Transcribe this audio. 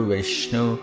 Vishnu